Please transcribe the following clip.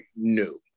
new